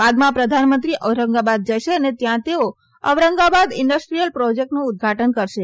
બાદમાં પ્રધાનમંત્રી ઔરંગાબાદ જશે જયાં તેઓ ઔરંગાબાદ ઈન્ડસ્ટ્રીયલ પ્રોજેકટનું ઉદઘાટન કરશે